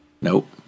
Nope